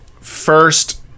first